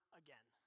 again